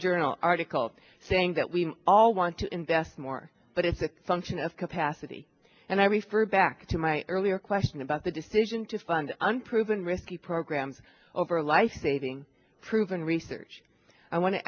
journal article saying that we all want to invest more but it's a function of capacity and i refer back to my earlier question about the decision to fund unproven risky programs over a life saving proven research i wan